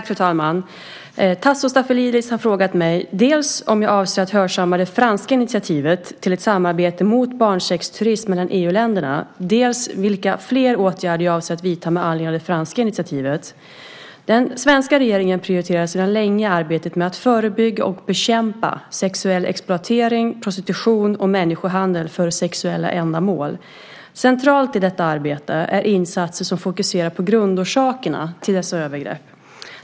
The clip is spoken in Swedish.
Fru talman! Tasso Stafilidis har frågat mig dels om jag avser att hörsamma det franska initiativet till ett samarbete mot barnsexturism mellan EU-länderna, dels vilka fler åtgärder jag avser att vidta med anledning av det franska initiativet. Den svenska regeringen prioriterar sedan länge arbetet med att förebygga och bekämpa sexuell exploatering, prostitution och människohandel för sexuella ändamål. Centralt i detta arbete är insatser som fokuserar på grundorsakerna till dessa övergrepp.